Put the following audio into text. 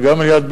אבל גם לא תמיד,